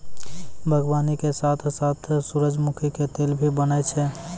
बागवानी के साथॅ साथॅ सूरजमुखी के तेल भी बनै छै